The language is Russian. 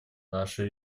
нашей